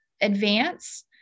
advance